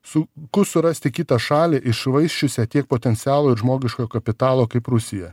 sunku surasti kitą šalį iššvaisčiusią tiek potencialo žmogiškojo kapitalo kaip rusija